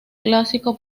clásico